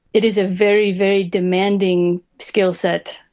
it is a very, very demanding skill set,